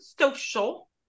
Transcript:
social